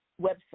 website